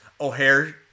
O'Hare